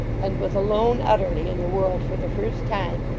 and was alone utterly in the world for the first time,